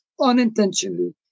unintentionally